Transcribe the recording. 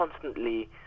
constantly